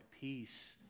peace